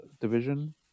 division